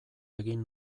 egin